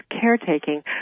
caretaking